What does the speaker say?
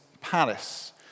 palace